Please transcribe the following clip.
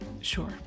Sure